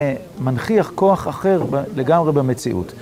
‫מנכיח כוח אחר לגמרי במציאות.